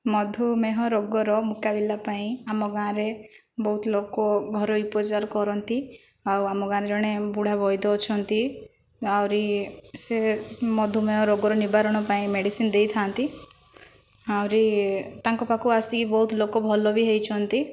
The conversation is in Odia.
ମଧୁମେହ ରୋଗର ମୁକାବିଲା ପାଇଁ ଆମ ଗାଁରେ ବହୁତ ଲୋକ ଘରୋଇ ଉପଚାର କରନ୍ତି ଆଉ ଆମ ଗାଁରେ ଜଣେ ବୁଢ଼ା ବୈଦ୍ୟ ଅଛନ୍ତି ଆହୁରି ସେ ମଧୁମେହ ରୋଗର ନିବାରଣ ପାଇଁ ମେଡିସିନ୍ ଦେଇଥାନ୍ତି ଆହୁରି ତାଙ୍କ ପାଖକୁ ଆସିକି ବହୁତ ଲୋକ ଭଲ ବି ହୋଇଛନ୍ତି